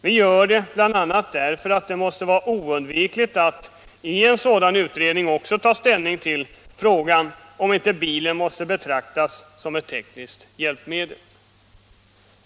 Vi gör det bl.a. därför att det måste vara oundvikligt att i en sådan utredning också ta ställning till frågan om inte bilen måste betraktas som ett tekniskt hjälpmedel.